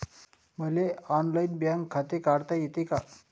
मले online bank खाते काढता येते का?